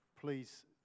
please